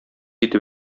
итеп